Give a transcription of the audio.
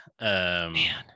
man